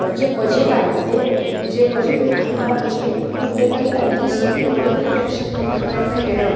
जे बजेट आहे ते जे बजेट आहे त्या बजेटपुरते तरी ॲटलिस्ट तेवढे तरी प्रेक्षक थेटरपर्यंत येणं